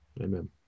amen